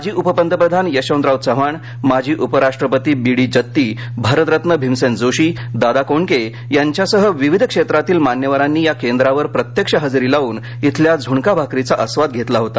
माजी उपपंतप्रधान यशवंतराव चव्हाण माजी उपराष्ट्रपती बी डी जत्ती भारतरत्न भीमसेन जोशी दादा कोंडके यांच्यासह विविध क्षेत्रातील मान्यवरांनी या केंद्रावर प्रत्यक्ष हजेरी लावून शिल्या झूणका भाकरीचा आस्वाद घेतला होता